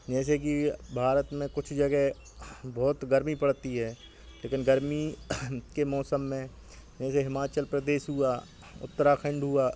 जैसे कि भारत में कुछ जगह बहुत गर्मी पड़ती है लेकिन गर्मी के मौसम में जैसे हिमाचल प्रदेश हुआ उत्तराखंड हुआ